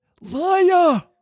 liar